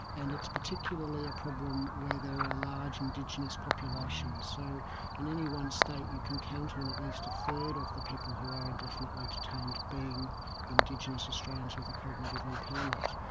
and it's particularly a problem where there are large indigenous populations. so in any one state you can count on at least a third of the people who are indefinitely detained being indigenous australians with a cognitive impairment.